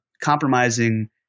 compromising